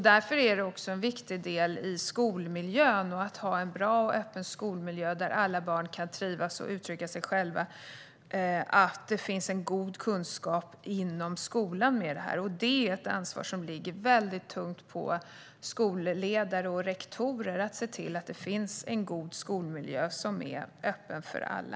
Därför är det viktigt att ha en bra och öppen skolmiljö där alla barn kan trivas och uttrycka sig själva. Det är viktigt att det finns en god kunskap inom skolan vad gäller detta. Det ligger ett tungt ansvar på skolledare och rektorer att se till att man har en god skolmiljö som är öppen för alla.